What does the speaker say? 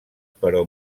però